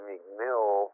McMill